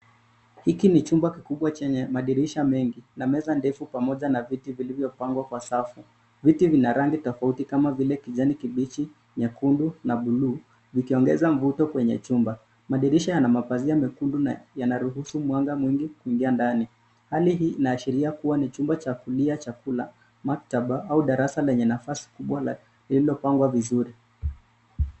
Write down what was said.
Hiki ni chumba kikibwa chenye madirisha mengi na meza ndefu pamoja na viti vilivyopangwa kwa safu. Viti vina rangi tofauti kama vile kijani kibichi, nyekundu na bluu vikiongeza mvuto kwenye chumba. Madirisha yana mapazia mekundu na yanaruhusu mwanga mwingi kuingia ndani. Hali hii inaashiria kuwa ni chumba cha kulia chakula, maktaba au darasa lenye nafasi kubwa lililopangwa vizuri.